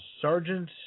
Sergeant